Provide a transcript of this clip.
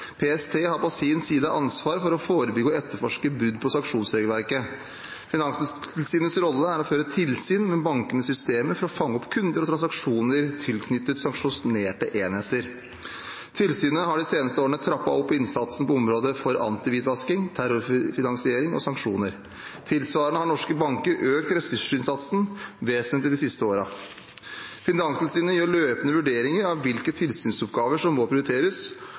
PST har på sin side ansvar for å forebygge og etterforske brudd på sanksjonsregelverket. Finanstilsynets rolle er å føre tilsyn med bankenes systemer for å fange opp kunder og transaksjoner tilknyttet sanksjonerte enheter. Tilsynet har de seneste årene trappet opp innsatsen på området for antihvitvasking, terrorfinansiering og sanksjoner. Tilsvarende har norske banker økt ressursinnsatsen vesentlig de siste årene. Finanstilsynet gjør løpende vurderinger av hvilke tilsynsoppgaver som må prioriteres,